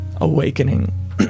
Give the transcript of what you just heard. awakening